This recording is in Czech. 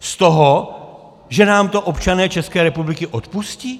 Z toho, že nám to občané České republiky odpustí?